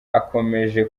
akomeje